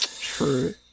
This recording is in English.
True